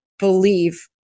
believe